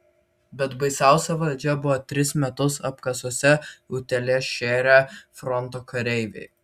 bet baisiausia valdžia buvo tris metus apkasuose utėles šėrę fronto kareiviai